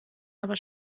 aber